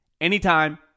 anytime